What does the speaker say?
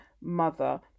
mother